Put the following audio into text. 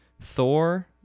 thor